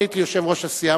אני הייתי יושב-ראש הסיעה,